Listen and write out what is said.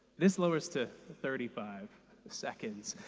this lowers to thirty five seconds.